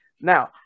Now